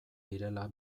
direla